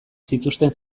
zituzten